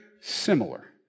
similar